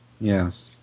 yes